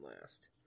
last